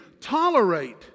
Tolerate